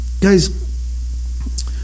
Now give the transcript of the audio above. guys